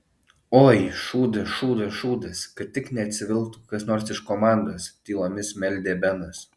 oi šūdas šūdas šūdas kad tik neatsivilktų kas nors iš komandos tylomis meldė benas